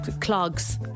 Clogs